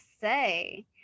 say